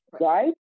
right